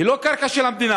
היא לא קרקע של המדינה,